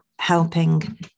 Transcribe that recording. helping